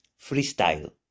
freestyle